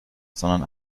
sondern